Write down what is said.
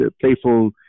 playful